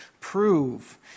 prove